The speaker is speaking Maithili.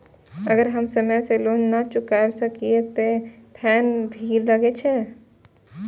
अगर हम समय से लोन ना चुकाए सकलिए ते फैन भी लगे छै?